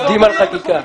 עובדים על חקיקה.